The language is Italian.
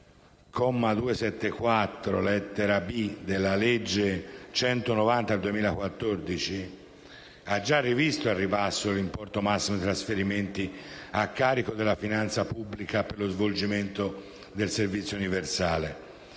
comma 274, lettera *b),* della legge n. 190 del 2014, ha già rivisto al ribasso l'importo massimo dei trasferimenti a carico della finanza pubblica per lo svolgimento del servizio universale